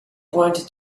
pointed